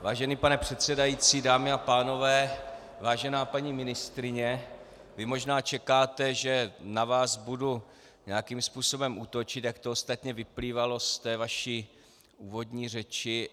Vážený pane předsedající, dámy a pánové, vážená paní ministryně, vy možná čekáte, že na vás budu nějakým způsobem útočit, jak to ostatně vyplývalo z té vaší úvodní řeči.